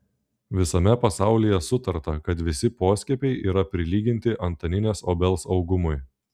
visame pasaulyje sutarta kad visi poskiepiai yra prilyginti antaninės obels augumui